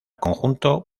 conjunto